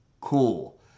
cool